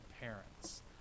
parents